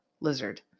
lizard